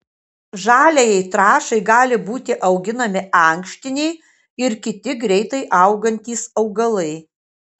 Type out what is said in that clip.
žaliajai trąšai gali būti auginami ankštiniai ir kiti greitai augantys augalai